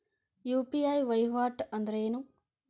UPI ವಹಿವಾಟ್ ಅಂದ್ರೇನು?